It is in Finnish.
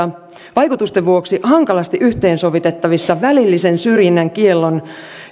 vaikutusten vuoksi hankalasti yhteensovitettavissa välillisen syrjinnän kiellon